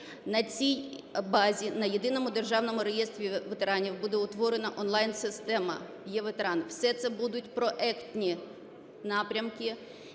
На цій базі, на Єдиному державному реєстрі ветеранів буде утворена онлайн-система "Е-ветеран". Все це будуть проектні напрямки,